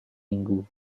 minggu